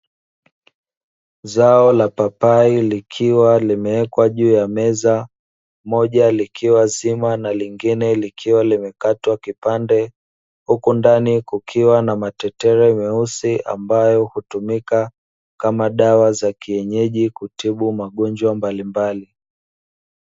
Zao la papai likiwa limewekwa juu ya meza, moja likiwa zima na lingine likiwa limekatwa kipande. Huku ndani kukiwa na matetere meusi ambayo hutumika kama dawa za kienyeji kutibu magonjwa mbalimbali.